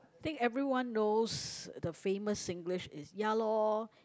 think everyone knows the famous Singlish is ya lor